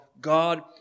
God